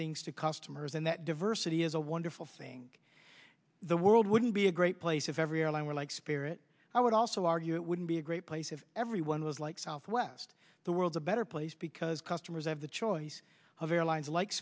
things to customers and that diversity is a wonderful thing the world wouldn't be a great place if every airline were like spirit i would also argue it wouldn't be a great place if everyone was like southwest the world a better place because customers have the choice of airlines like